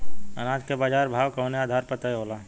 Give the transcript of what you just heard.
अनाज क बाजार भाव कवने आधार पर तय होला?